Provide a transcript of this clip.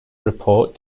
report